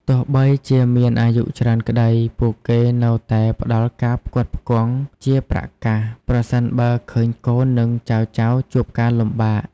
ទោះបីជាមានអាយុច្រើនក្ដី ពួកគេនៅតែផ្ដល់ការផ្គត់ផ្គង់ជាប្រាក់កាស ប្រសិនបើឃើញកូន និងចៅៗជួបការលំបាក។